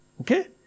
Okay